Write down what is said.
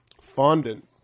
Fondant